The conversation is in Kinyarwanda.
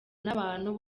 n’abantu